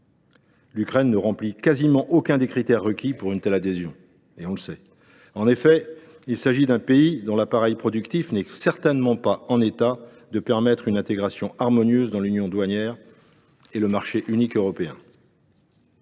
L’Ukraine ne remplit quasiment aucun des critères requis pour une telle adhésion – nous le savons bien. En effet, il s’agit d’un pays dont l’appareil productif n’est certainement pas en état de permettre une intégration harmonieuse dans l’union douanière et le marché unique européens.